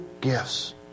gifts